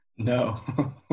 No